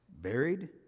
buried